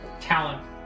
talent